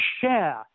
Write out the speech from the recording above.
share